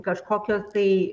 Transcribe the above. kažkokio tai